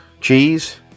cheese